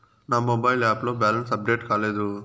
నా mobile app లో balance update కాలేదు